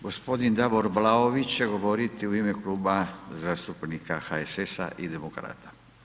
Gospodin Davor Vlaović će govoriti u ime Kluba zastupnika HSS-a i Demokrata.